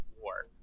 war